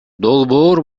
долбоор